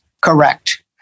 correct